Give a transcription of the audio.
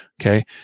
Okay